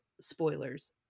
spoilers